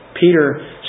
Peter